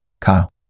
Kyle